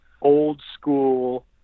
old-school